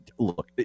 look